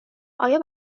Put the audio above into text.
آیا